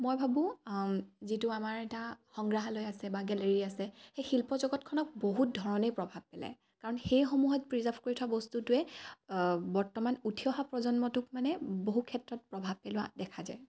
মই ভাবোঁ যিটো আমাৰ এটা সংগ্ৰাহালয় আছে বা গেলেৰী আছে সেই শিল্প জগতখনক বহুত ধৰণেই প্ৰভাৱ পেলায় কাৰণ সেইসমূহত প্ৰিজাৰ্ভ কৰি থোৱা বস্তুটোৱে বৰ্তমান উঠি অহা প্ৰজন্মটোক মানে বহু ক্ষেত্ৰত প্ৰভাৱ পেলোৱা দেখা যায়